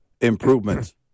improvements